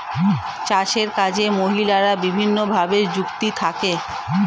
চাষের কাজে মহিলারা বিভিন্নভাবে যুক্ত থাকে